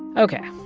ok.